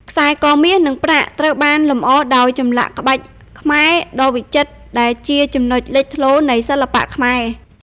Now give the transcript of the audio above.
ខ្សែ ក មាស និងប្រាក់ ត្រូវបានលម្អដោយ ចម្លាក់ក្បាច់ខ្មែរដ៏វិចិត្រ ដែលជាចំណុចលេចធ្លោនៃសិល្បៈខ្មែរ។